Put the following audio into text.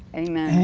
amen.